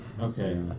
Okay